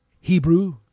Hebrew